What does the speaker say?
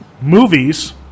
movies